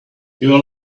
your